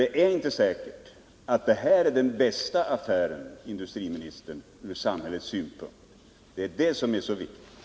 Det är nämligen inte säkert, industriministern, att företagsledningens förslag är den bästa affären ur samhällets synpunkt.